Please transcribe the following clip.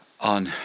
on